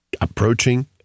approaching